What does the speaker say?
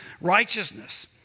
righteousness